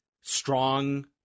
strong